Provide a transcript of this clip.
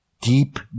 deep